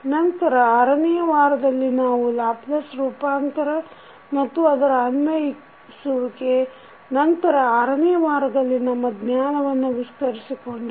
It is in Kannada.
ನಂತರ ಆರನೆಯ ವಾರದಲ್ಲಿ ನಾವು ಲ್ಯಾಪ್ಲೇಸ್ ರೂಪಾಂತರ ಮತ್ತು ಅದರ ಅನ್ವಯಿಸುವಿಕೆ ನಂತರ ಆರನೆಯ ವಾರದಲ್ಲಿ ನಮ್ಮ ಜ್ಞಾನವನ್ನು ವಿಸ್ತರಿಸಿಕೊಂಡೆವು